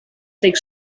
take